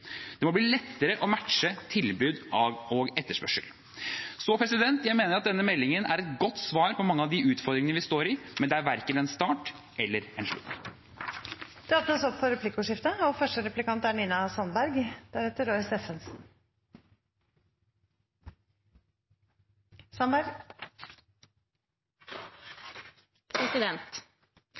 Det må bli lettere å matche tilbud og etterspørsel. Jeg mener denne meldingen er et godt svar på mange av de utfordringene vi står i, men det er verken en start eller en slutt. Det åpnes for replikkordskifte.